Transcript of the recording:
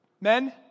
Men